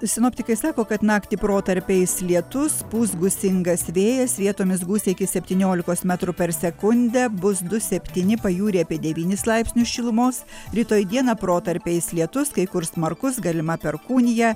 sinoptikai sako kad naktį protarpiais lietus pūs gūsingas vėjas vietomis gūsiai iki septynioliks metrų per sekundę bus du septyni pajūryje apie devynis laipsnių šilumos rytoj dieną protarpiais lietus kai kur smarkus galima perkūnija